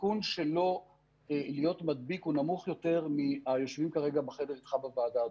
הסיכון שלו להיות מדביק הוא נמוך יותר מהיושבים כרגע בחדר איתך בוועדה,